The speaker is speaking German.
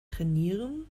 trainieren